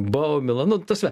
baumila nu ta prasme